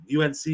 UNC